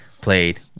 played